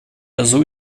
azul